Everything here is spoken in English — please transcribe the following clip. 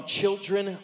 children